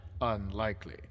unlikely